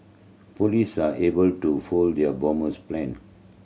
police are able to foil the bomber's plan